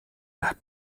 las